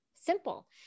simple